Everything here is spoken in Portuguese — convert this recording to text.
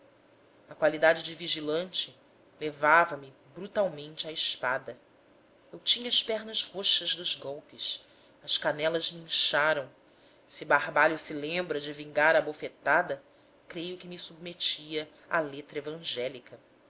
na qualidade de vigilante levava me brutalmente à espada eu tinha as pernas roxas dos golpes as canelas me incharam se barbalho se lembra de vingar a bofetada creio que me submetia à letra evangélica